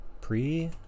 Pre